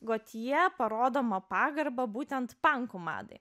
gotje parodoma pagarba būtent pankų madai